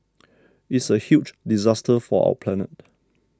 it's a huge disaster for our planet